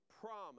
promise